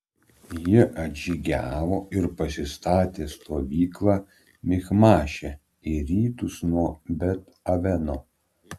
jie atžygiavo ir pasistatė stovyklą michmaše į rytus nuo bet aveno